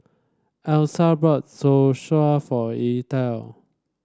Elyssa bought Zosui for Etha